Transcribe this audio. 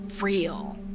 real